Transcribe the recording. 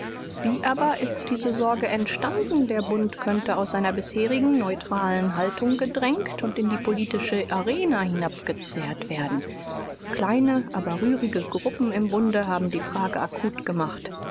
wie aber ist diese sorge entstanden der bund könnte aus seiner bisherigen neutralen haltung gedrängt u in die polit arena hinabgezerrt werden kleine aber rührige gruppen im bunde haben die frage akut gemacht